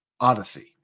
Odyssey